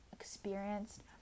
experienced